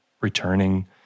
returning